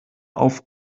auf